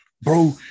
bro